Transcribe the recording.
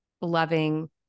loving